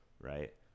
right